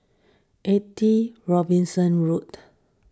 eighty Robinson Road